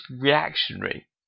reactionary